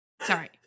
Sorry